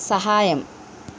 సహాయం